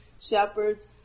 shepherds